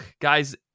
Guys